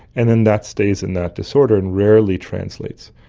and then that stays in that disorder and rarely translates.